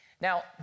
Now